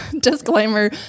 Disclaimer